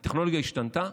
הטכנולוגיה השתנתה.